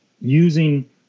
using